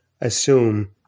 assume